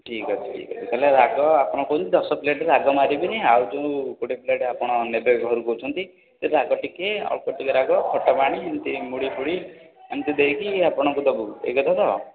ଠିକ୍ ଅଛି ତାହେଲେ ରାଗ ଆପଣ କହୁଛନ୍ତି ଦଶ ପ୍ଲେଟ୍ ରାଗ ମାରିବିନି ଆଉ ଯେଉଁ କୋଡ଼ିଏ ପ୍ଲେଟ୍ ଆପଣ ନେବେ ଘରକୁ କହୁଛନ୍ତି ସେଥିରେ ରାଗ ଟିକେ ଅଳ୍ପ ଟିକେ ରାଗ ଖଟାପାଣି ଏମିତି ମୁଢ଼ି ଫୁଡ଼ି ଏମିତି ଦେଇକି ଆପଣଙ୍କୁ ଦେବୁ ଏହି କଥା ତ